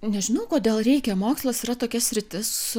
nežinau kodėl reikia mokslas yra tokia sritis